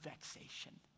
vexation